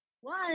one